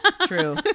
true